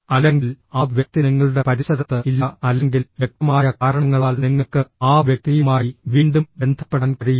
അല്ലെങ്കിൽ ആ വ്യക്തി നിങ്ങളുടെ പരിസരത്ത് ഇല്ല അല്ലെങ്കിൽ വ്യക്തമായ കാരണങ്ങളാൽ നിങ്ങൾക്ക് ആ വ്യക്തിയുമായി വീണ്ടും ബന്ധപ്പെടാൻ കഴിയില്ല